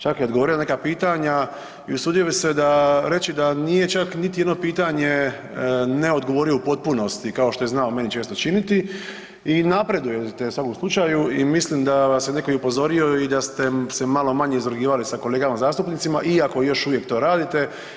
Čak je i odgovorio na neka pitanja i usudio bih se reći da nije čak niti jedno pitanje ne odgovorio u potpunosti kao što je znao meni često činiti i napredujete u svakom slučaju i mislim da vas je neko i upozorio i da ste se malo manje izrugivali sa kolegama zastupnicima iako još uvijek to radite.